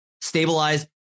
stabilize